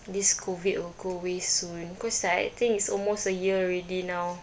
this COVID will go away soon cause like I think it's almost a year already now